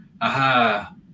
Aha